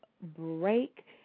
break